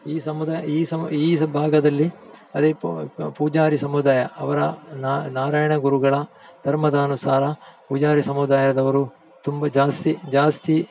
ಈ ಸಮುದಾಯ ಈ ಭಾಗದಲ್ಲಿ ಅದೇ ಪೂಜಾರಿ ಸಮುದಾಯ ಅವರ ನಾರಾಯಣ ಗುರುಗಳ ಧರ್ಮದಾನುಸಾರ ಪೂಜಾರಿ ಸಮುದಾಯದವರು ತುಂಬ ಜಾಸ್ತಿ ಜಾಸ್ತಿ